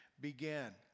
began